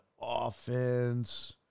offense